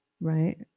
right